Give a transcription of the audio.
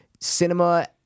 cinema